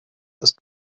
ist